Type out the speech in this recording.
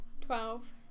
Twelve